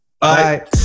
Bye